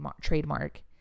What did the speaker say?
trademark